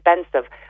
expensive